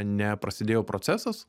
neprasidėjo procesas